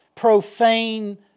profane